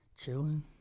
chilling